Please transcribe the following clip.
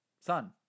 Sun